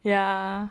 ya